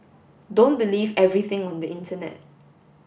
don't believe everything on the internet